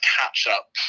catch-up